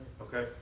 Okay